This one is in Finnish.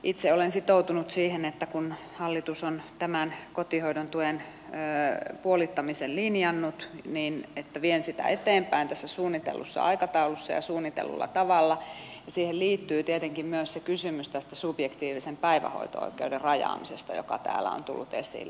itse olen sitoutunut siihen että kun hallitus on tämän kotihoidon tuen puolittamisen linjannut niin vien sitä eteenpäin tässä suunnitellussa aikataulussa ja suunnitellulla tavalla ja siihen liittyy tietenkin myös se kysymys tästä subjektiivisen päivähoito oikeuden rajaamisesta joka täällä on tullut esille